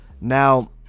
Now